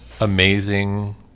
amazing